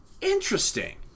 Interesting